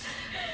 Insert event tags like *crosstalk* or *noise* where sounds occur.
*noise*